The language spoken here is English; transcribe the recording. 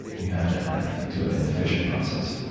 you have to add people to an efficient process.